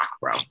bro